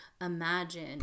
imagine